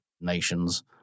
nations